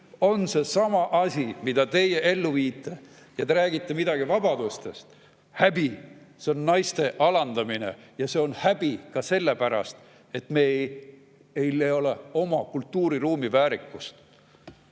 seesama asi, mida teie ellu viite. Ja te räägite midagi vabadustest. Häbi! See on naiste alandamine. See on häbi ka sellepärast, et meil ei ole oma kultuuriruumi väärikust.